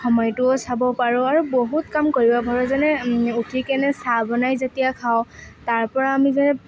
সময়টোও চাব পাৰোঁ আৰু বহুত কাম কৰিব পাৰোঁ যেনে উঠি কেনি চাহ বনাই যেতিয়া খাওঁ তাৰপৰা আমি যে